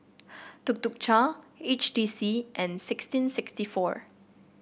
Tuk Tuk Cha H T C and sixteen sixty four